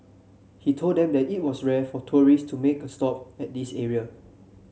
he told them that it was rare for tourist to make a stop at this area